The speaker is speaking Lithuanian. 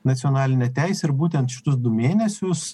nacionalinę teisę ir būtent šituos du mėnesius